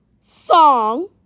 song